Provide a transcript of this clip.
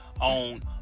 on